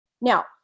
Now